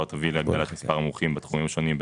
תביא להגדלת מספר המומחים בתחומים השונים,